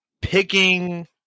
picking